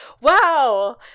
wow